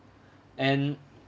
and